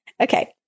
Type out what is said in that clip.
Okay